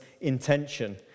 intention